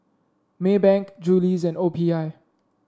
Maybank Julie's and O P I